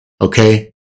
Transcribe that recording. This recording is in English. Okay